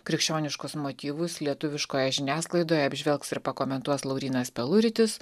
krikščioniškus motyvus lietuviškoje žiniasklaidoje apžvelgs ir pakomentuos laurynas peluritis